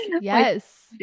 Yes